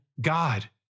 God